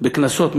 בקנסות מחמירים,